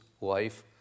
life